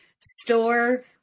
store